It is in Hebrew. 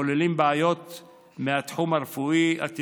הכוללים בעיות מהתחום הרפואי, התפקודי,